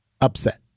upset